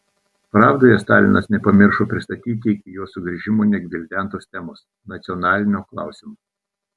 pravdoje stalinas nepamiršo pristatyti iki jo sugrįžimo negvildentos temos nacionalinio klausimo